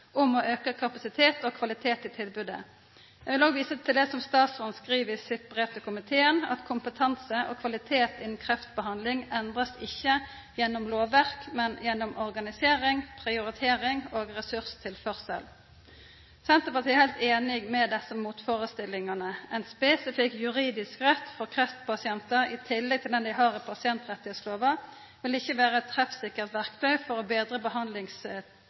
om å øke kapasitet og kvalitet i tilbudet.» Eg vil òg visa til det som statsråden skriv i sitt brev til komiteen: «Kompetanse og kapasitet innen kreftbehandling endres ikke gjennom lovverk, men gjennom organisering, prioritering og ressurstilførsel.» Senterpartiet er heilt einig i desse motførestellingane. Ein spesifikk juridisk rett for kreftpasientar i tillegg til den dei har i pasientrettslova, vil ikkje vera eit treffsikkert verktøy for å